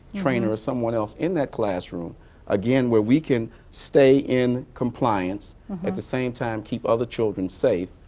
trainers or someone else in that classroom again where we can stay in compliance at the same time keep other children safe,